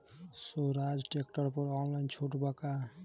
सोहराज tractor पर online छूट बा का?